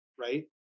Right